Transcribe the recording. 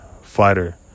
fighter